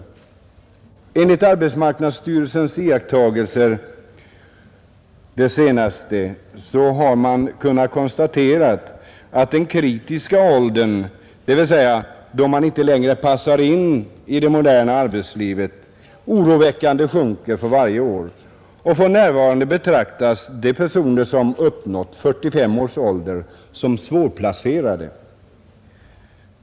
Enligt arbetsmarknadsstyrelsens senaste iakttagelser har man kunnat konstatera att den kritiska åldern, dvs. den ålder vid vilken man inte längre passar in i det moderna arbetslivet, oroväckande sjunker för varje år. För närvarande betraktas de personer som uppnått 45 års ålder som svårplacerade.